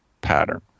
pattern